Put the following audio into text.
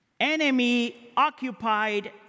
enemy-occupied